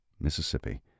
mississippi